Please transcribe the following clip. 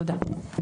תודה.